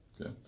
okay